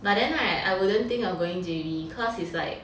but then I I wouldn't think of going J_B cause is like